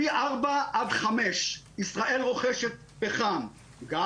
פי ארבעה עד חמישה ישראל רוכשת פחם גם